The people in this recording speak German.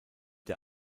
der